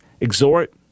exhort